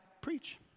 preach